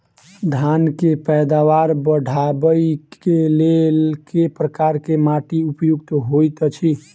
धान केँ पैदावार बढ़बई केँ लेल केँ प्रकार केँ माटि उपयुक्त होइत अछि?